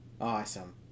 Awesome